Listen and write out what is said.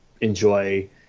enjoy